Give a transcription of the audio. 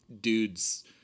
dude's